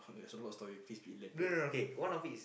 that's a lot of story please be elaborate